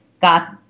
got